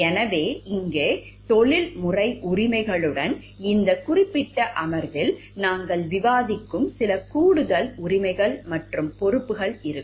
எனவே இங்கே தொழில்முறை உரிமைகளுடன் இந்த குறிப்பிட்ட அமர்வில் நாங்கள் விவாதிக்கும் சில கூடுதல் உரிமைகள் மற்றும் பொறுப்புகள் இருக்கும்